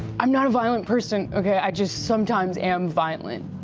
i'm not a violent person, okay, i just sometimes am violent,